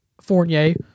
Fournier